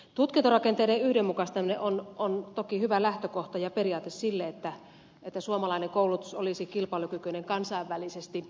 tutkintorakenteiden yhdenmukaistaminen on toki hyvä lähtökohta ja periaate sille että suomalainen koulutus olisi kilpailukykyinen kansainvälisesti